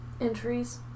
entries